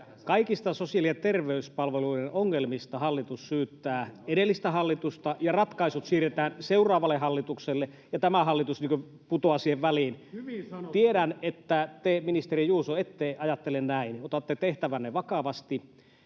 kaikista sosiaali- ja terveyspalveluiden ongelmista hallitus syyttää edellistä hallitusta ja ratkaisut siirretään seuraavalle hallitukselle ja tämä hallitus putoaa siihen väliin. Tiedän, että te, ministeri Juuso, ette ajattele näin. Otatte tehtävänne vakavasti.